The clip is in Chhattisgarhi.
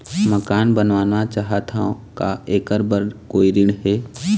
मकान बनवाना चाहत हाव, का ऐकर बर कोई ऋण हे?